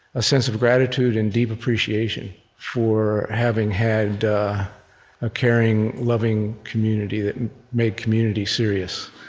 a sense of gratitude and deep appreciation for having had a caring, loving community that made community serious.